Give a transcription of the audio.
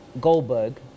Goldberg